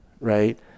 right